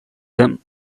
them